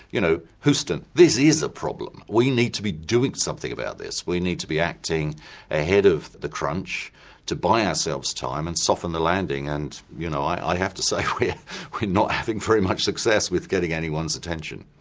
you know houston, this is a problem. we need to be doing something about this, we need to be acting ahead of the crunch to buy ourselves time and soften the landing. and you know i have to say we are not having very much success with getting anyone's attention.